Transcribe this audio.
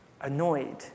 annoyed